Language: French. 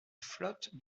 flotte